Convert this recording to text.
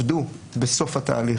עומדת הזכות לבקש הפניה לבית משפט קהילתי.